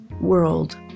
world